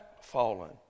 fallen